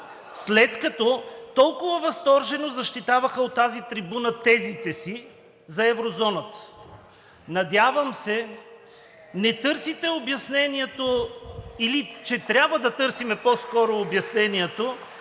след като толкова възторжено защитаваха от тази трибуна тезите си за еврозоната. Надявам се, не търсите обяснението или че трябва да търсим по-скоро обяснението